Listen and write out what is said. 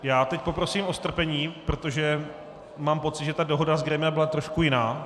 Já teď poprosím o strpení, protože mám pocit, že dohoda z grémia byla trošku jiná.